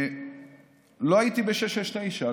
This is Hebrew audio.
לא הייתי ב-669.